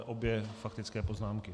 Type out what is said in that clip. Obě faktické poznámky.